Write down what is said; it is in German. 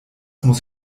muss